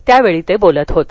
त्यावेळी ते बोलत होते